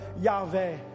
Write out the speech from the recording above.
Yahweh